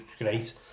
great